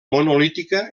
monolítica